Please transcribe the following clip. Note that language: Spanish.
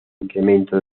incremento